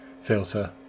filter